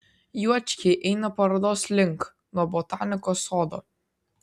juočkiai eina parodos link nuo botanikos sodo